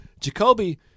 Jacoby